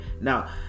Now